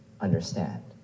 understand